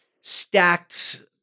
stacked